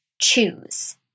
choose